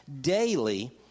daily